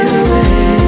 away